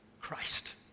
Christ